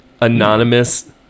Anonymous